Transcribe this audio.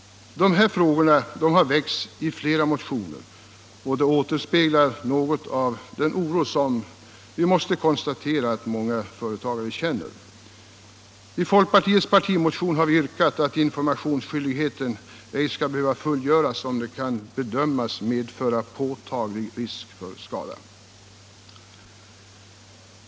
Dessa frågor har väckts i flera motioner och återspeglar något av den oro som vi måste konstatera att många företagare känner. I folkpartiets partimotion har vi yrkat att informationsskyldigheten ej skall behöva fullgöras, om den kan bedömas medföra påtaglig risk för skada.